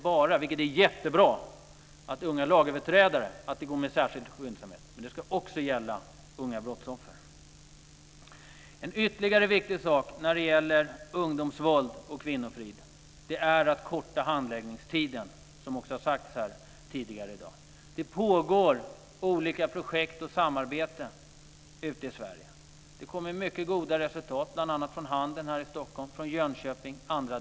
Det är jättebra att det går med särskild skyndsamhet när det gäller unga lagöverträdare, men det ska också gälla unga brottsoffer. En ytterligare viktig sak i samband med ungdomsvåld och kvinnofrid är att handläggsningstiderna förkortas, vilket också har sagts här tidigare i dag. Det pågår olika projekt och samarbeten i Sverige. Det finns mycket goda resultat t.ex. från Handen utanför Stockholm och Jönköping.